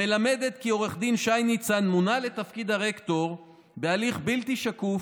המלמדת כי עו"ד שי ניצן מונה לתפקיד הרקטור בהליך בלתי שקוף,